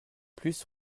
plus